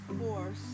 force